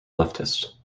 leftist